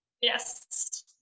yes